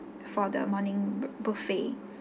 for the morning bu~ buffet